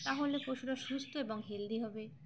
তাহলে পশুরা সুস্থ এবং হেলদি হবে